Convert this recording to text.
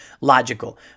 logical